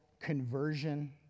conversion